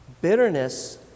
Bitterness